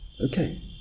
Okay